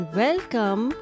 welcome